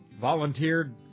Volunteered